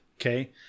Okay